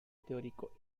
teórico